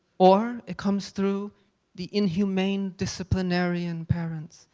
or it comes through the inhumane disciplinarian parents,